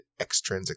extrinsically